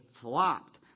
flopped